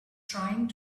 trying